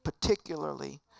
particularly